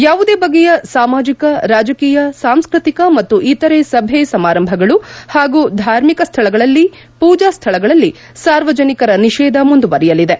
ಯಾವುದೇ ಬಗೆಯ ಸಾಮಾಜಿಕ ರಾಜಕೀಯ ಸಾಂಸ್ಕೃತಿಕ ಮತ್ತು ಇತರೆ ಸಭೆ ಸಮಾರಂಭಗಳು ಹಾಗೂ ಧಾರ್ಮಿಕ ಸ್ವಳಗಳಲ್ಲಿಪೂಜಾ ಸ್ವಳಗಳಲ್ಲಿ ಸಾರ್ವಜನಿಕರ ನಿಷೇಧ ಮುಂದುವರಿಯಲಿದೆ